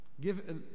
Give